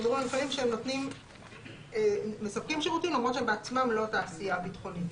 מדובר על מפעלים שמספקים שירותים למרות שהם בעצמם לא תעשייה ביטחונית.